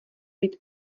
být